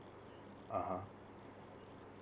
(uh huh)